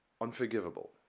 unforgivable